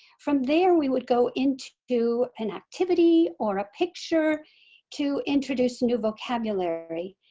from there we would go into an activity or a picture to introduce new vocabulary.